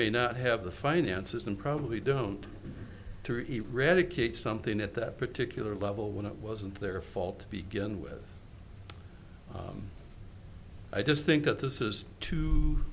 may not have the finances and probably don't to eradicate something at that particular level when it wasn't their fault begin with i just think that this is t